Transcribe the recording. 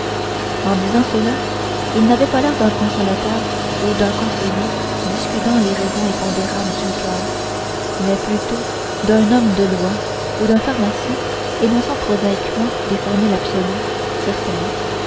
en disant cela il n'avait pas l'air d'un consolateur ou d'un conseiller discutant les raisons impondérables du coeur mais plutôt d'un homme de loi ou d'un pharmacien énonçant prosaïquement des formules absolues certaines